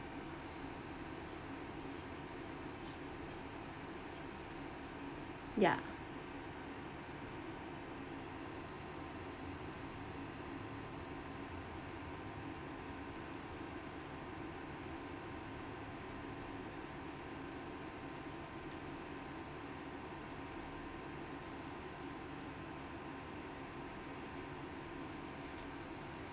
yeah